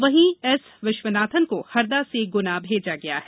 वहीं एस विश्वनाथन को हरदा से गुना भेजा गया है